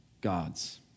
gods